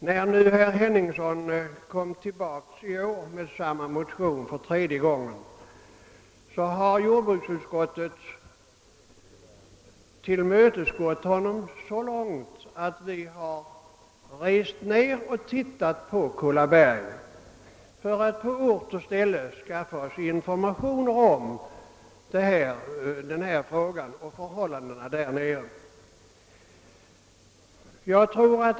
När nu herr Henningsson i år för tredje gången kommer tillbaka med samma motion, har vi i jordbruksutskottet tillmötesgått honom så långt att vi rest ned och studerat Kullaberg för att på ort och ställe skaffa oss informationer om förhållandena där nere.